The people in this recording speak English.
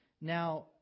Now